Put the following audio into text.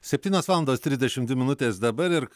septynios valandos trisdešim dvi minutės dabar ir